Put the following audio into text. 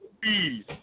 please